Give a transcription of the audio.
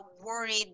worried